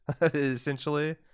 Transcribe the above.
Essentially